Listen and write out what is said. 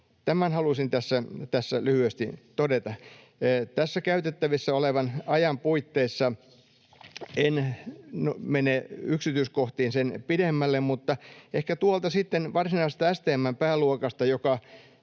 Tämän halusin tässä lyhyesti todeta. Tässä käytettävissä olevan ajan puitteissa en mene yksityiskohtiin sen pidemmälle, mutta ehkä mainitsen tuosta varsinaisesta STM:n pääluokasta,